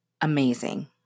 amazing